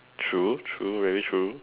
true true really true